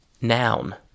Noun